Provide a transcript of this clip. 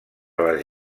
les